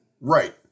right